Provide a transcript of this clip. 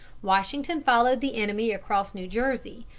washington followed the enemy across new jersey,